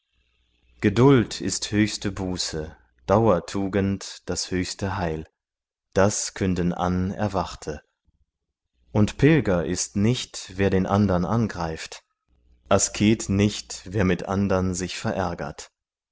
geduld ist höchste buße dauertugend das höchste heil das künden an erwachte und pilger ist nicht wer den andern angreift asket nicht wer mit andern sich verärgert